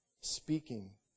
speaking